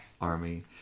army